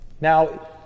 Now